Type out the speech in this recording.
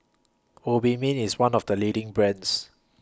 Obimin IS one of The leading brands